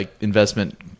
investment